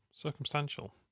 Circumstantial